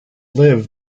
liv